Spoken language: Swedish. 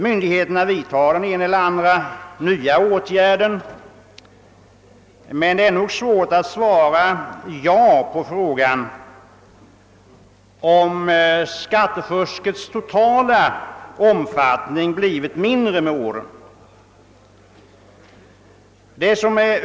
Myndigheterna vidtar den ena eller andra nya åtgärden, men det är nog svårt att svara ja på frågan om skattefuskets totala omfattning blivit mindre med åren.